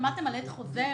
שמעתם על הד חוזר?